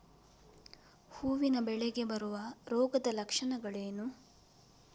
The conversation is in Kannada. ಹೂವಿನ ಬೆಳೆಗೆ ಬರುವ ರೋಗದ ಲಕ್ಷಣಗಳೇನು?